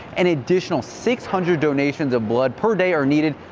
an additional six hundred donations of blood per day are needed,